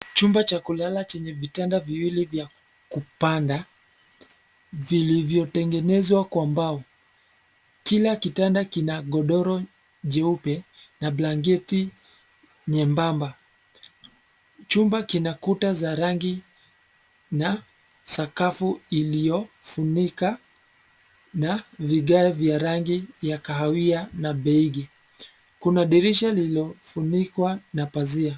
Chumba cha kulala chenye vitanda viwili vya, kupanda, vilivyotengenezwa kwa mbao, kila kitanda kina godoro, jeupe, na blanketi nyembamba, chumba kina kuta za rangi, na, sakafu iliyo, funika, na vigae vya rangi ya kahawia na beigi, kuna dirisha lililofunikwa na pazia.